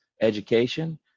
education